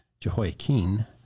Jehoiakim